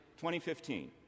2015